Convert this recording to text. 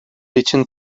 için